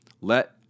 Let